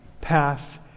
path